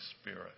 Spirit